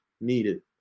needed